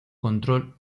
control